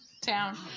town